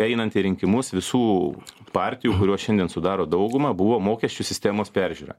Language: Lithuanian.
einant į rinkimus visų partijų kurios šiandien sudaro daugumą buvo mokesčių sistemos peržiūra